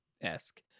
esque